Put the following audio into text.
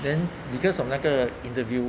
then because of 那个 interview